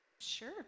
sure